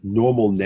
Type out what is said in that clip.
normal